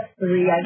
three